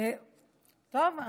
טוב,